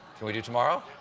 can we do tomorrow?